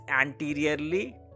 anteriorly